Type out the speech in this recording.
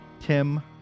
Tim